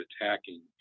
attacking